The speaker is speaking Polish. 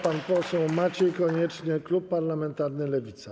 Pan poseł Maciej Konieczny, klub parlamentarny Lewicy.